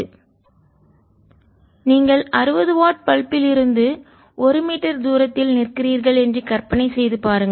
120E0215E030π c60Vm நீங்கள் 60 watt பல்பில் இருந்து விளக்கு 1 மீட்டர் தூரத்தில் நிற்கிறீர்கள் என்று கற்பனை செய்து பாருங்கள்